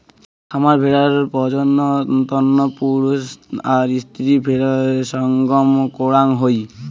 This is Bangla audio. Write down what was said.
খামার ভেড়ার প্রজনন তন্ন পুরুষ আর স্ত্রী ভেড়ার সঙ্গম করাং হই